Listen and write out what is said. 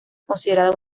considerada